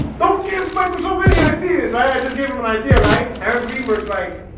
don't give microsoft any ideas right? i just gave him an idea right aaron greenberg's like